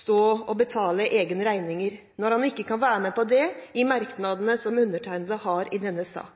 stå for og betale regningene selv når han ikke kan være med på det i merknadene som